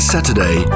Saturday